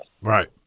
Right